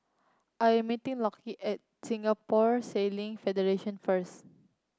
I am meeting Lockie at Singapore Sailing Federation first